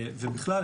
בכלל,